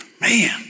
Man